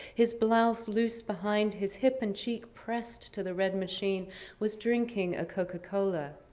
his blouse loose behind his hip and cheek pressed to the red machine was drinking a coca cola.